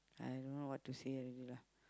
I don't know what to say already lah